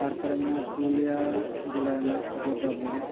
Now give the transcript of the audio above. ᱛᱟᱨᱯᱚᱨᱮ ᱢᱮᱱᱟᱜᱼᱟ ᱯᱩᱨᱩᱞᱤᱭᱟ ᱡᱮᱞᱟ ᱨᱮᱱᱟᱜ ᱚᱡᱳᱫᱽᱫᱷᱟ ᱵᱩᱨᱩ